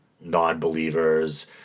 non-believers